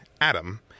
Adam